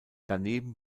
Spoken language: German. daneben